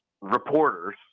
reporters